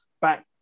back